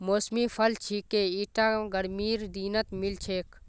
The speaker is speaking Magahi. मौसमी फल छिके ईटा गर्मीर दिनत मिल छेक